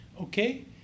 okay